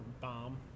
bomb